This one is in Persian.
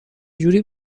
جوری